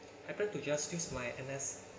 I tend to justify my N_S